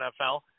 NFL